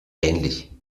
ähnlich